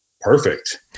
perfect